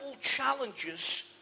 challenges